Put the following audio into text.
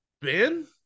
Ben